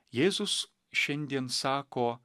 jėzus šiandien sako